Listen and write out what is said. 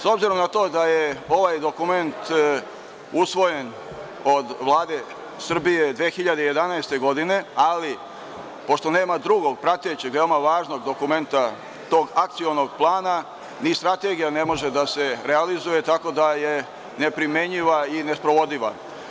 S obzirom na to da je ovaj dokument usvojen od Vlade Srbije 2011. godine, ali pošto nema drugog pratećeg, veoma važnog dokumenta tog akcionog plana, ni strategija ne može da se realizuje, tako da je neprimenjiva i nesprovodiva.